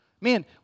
Man